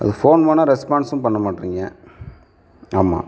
அது ஃபோன் பண்ணால் ரெஸ்பான்ஸ்ஸும் பண்ண மாட்றீங்கள் ஆமாம்